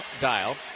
dial